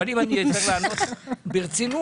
אבל אם אצטרך לענות ברצינות,